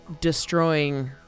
destroying